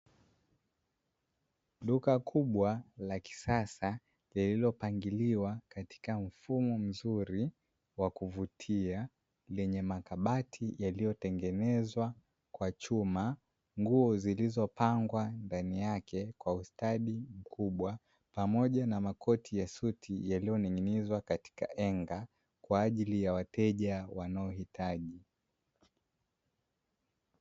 Duka kubwa la kisasa lililo pangiliwa katika mfumo mzuri wa kuvutia lenye makabati yaliyotengenezwa kwa chuma, nguo zilizopangwa ndani yake kwa ustadi mkubwa pamoja na makoti ya suti yaliyoning'inizwa katika henga kwa ajili ya wateja wanaohitaji.